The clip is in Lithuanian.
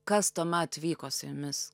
kas tuomet vyko su jumis